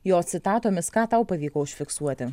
jo citatomis ką tau pavyko užfiksuoti